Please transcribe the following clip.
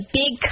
big